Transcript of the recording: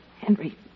Henry